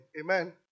Amen